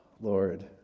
Lord